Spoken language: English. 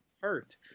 hurt